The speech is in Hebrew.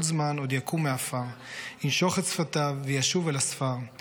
זמן עוד יקום מעפר / ינשוך את שפתיו וישוב אל הספר /